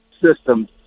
system